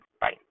Bye